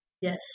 Yes